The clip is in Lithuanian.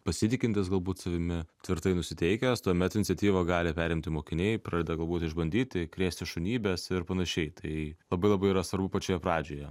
pasitikintis galbūt savimi tvirtai nusiteikęs tuomet iniciatyvą gali perimti mokiniai pradeda galbūt išbandyti krėsti šunybes ir panašiai tai labai labai yra svarbu pačioje pradžioje